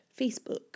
Facebook